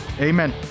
Amen